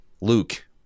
Luke